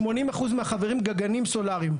80 אחוזים מהחברים הם גגנים סולאריים,